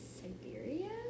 Siberia